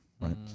right